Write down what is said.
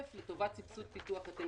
השיטה שלנו בפריפריה תהיה סבסוד פיתוח תחרותי.